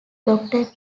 doctor